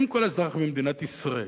אם כל אזרח במדינת ישראל